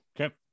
Okay